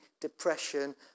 depression